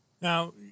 Now